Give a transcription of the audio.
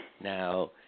Now